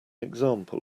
example